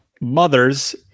Mother's